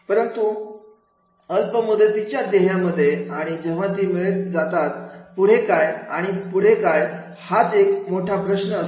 परंतु अल्प मुदतीच्या ध्येया मध्ये आणि जेव्हा ती मिळवली जातात पुढे काय आणि पुढे काय हाच एक मोठा प्रश्न असेल